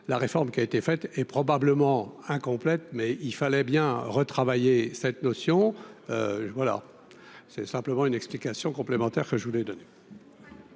la réforme qui a été fait et probablement incomplète, mais il fallait bien retravailler cette notion, voilà, c'est simplement une explication complémentaire que je voulais dire.